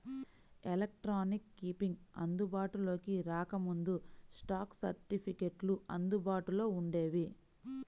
electronic keeping అందుబాటులోకి రాకముందు, stock సర్టిఫికెట్లు అందుబాటులో వుండేవి